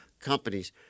companies